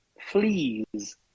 fleas